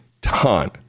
ton